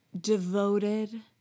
devoted